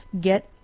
get